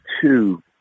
two